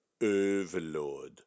overlord